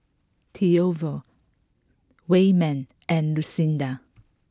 Toivo Wayman and Lucinda